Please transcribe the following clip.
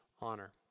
honor